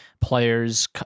players